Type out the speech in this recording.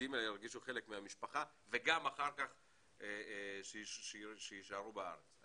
בודדים אלא ירגישו חלק מהמשפחה ושאחר כך יישארו בארץ.